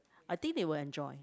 I think they will enjoy